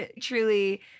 truly